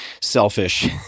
selfish